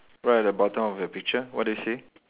right at the bottom of the picture what do you see